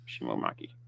Shimomaki